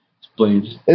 Explains